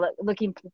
looking